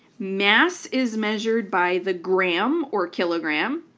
mass is measured by the gram, or kilogram.